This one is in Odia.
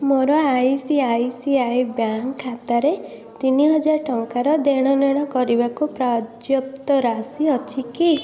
ମୋର I C I C I bank ଖାତାରେ ତିନିହଜାର ଟଙ୍କାର ଦେଣନେଣ କରିବାକୁ ପର୍ଯ୍ୟାପ୍ତ ରାଶି ଅଛି କି